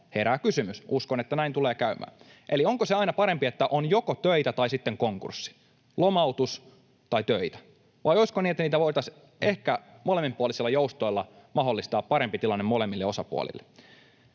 Herää kysymys. Uskon, että näin tulee käymään. Eli onko se aina parempi, että on joko töitä tai sitten konkurssi, lomautus tai töitä, vai olisiko niin, että voitaisiin ehkä molemminpuolisilla joustoilla mahdollistaa parempi tilanne molemmille osapuolille?